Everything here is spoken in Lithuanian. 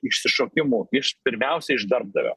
išsišokimų iš pirmiausia iš darbdavio